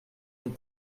les